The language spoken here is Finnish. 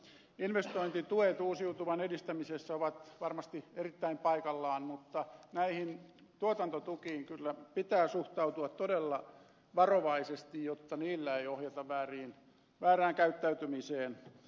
investointituet uusitutuvan edistämisessä ovat varmasti erittäin paikallaan mutta näihin tuotantotukiin kyllä pitää suhtautua todella varovaisesti jotta niillä ei ohjata väärään käyttäytymiseen